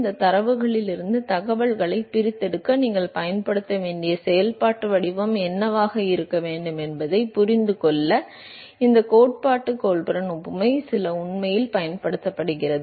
இந்தத் தரவுகளிலிருந்து தகவல்களைப் பிரித்தெடுக்க நீங்கள் பயன்படுத்த வேண்டிய செயல்பாட்டு வடிவம் என்னவாக இருக்க வேண்டும் என்பதைப் புரிந்துகொள்ள இந்த கோட்பாட்டு கோல்பர்ன் ஒப்புமை சில உண்மையில் பயன்படுத்தப்பட்டது